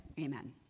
Amen